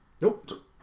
Nope